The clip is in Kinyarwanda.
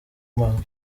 marley